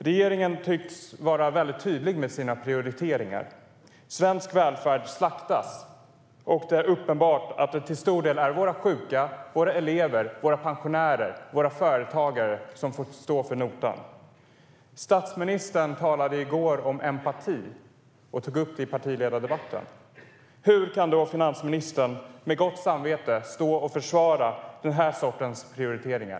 Regeringen är tydlig med sina prioriteringar. Svensk välfärd slaktas, och det är uppenbart att det till stor del är våra sjuka, våra elever, våra pensionärer och våra företagare som får stå för notan. Statsministern talade om empati i gårdagens partiledardebatt. Hur kan då finansministern med gott samvete försvara denna sorts prioriteringar?